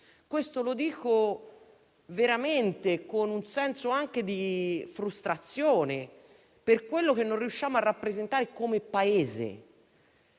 Lo dico con un senso anche di frustrazione per quello che non riusciamo a rappresentare come Paese.